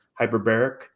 Hyperbaric